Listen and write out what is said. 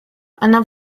она